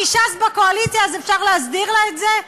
כי ש"ס בקואליציה אז אפשר להסדיר לה את זה?